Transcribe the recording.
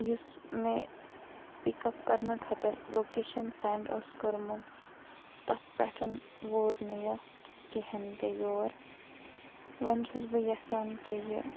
یُس مےٚ پِکَپ کَرنہٕ خٲطٕر لوکیشَن سٮ۪نٛڈ اوس کوٚرمُت تَتھ پٮ۪ٹھ ووت نہٕ یہِ کِہیٖنۍ تہِ یور وۄنۍ چھَس بہٕ یَژھان کہِ یہِ